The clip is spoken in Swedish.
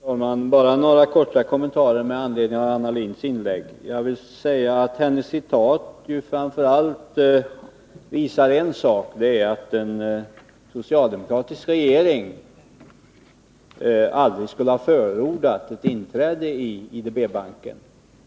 Fru talman! Jag vill göra några korta kommentarer med anledning av Anna Lindhs inlägg. Det som Anna Lindhs citat framför allt visar är att en socialdemokratisk regering aldrig skulle ha förordat ett inträde i IDB.